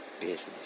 Business